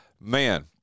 man